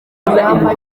ingamba